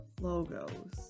logos